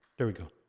there we go.